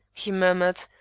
he murmured,